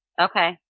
Okay